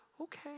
okay